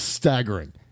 Staggering